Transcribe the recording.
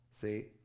See